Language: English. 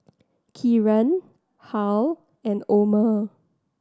Kieran Harl and Omer